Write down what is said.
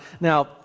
now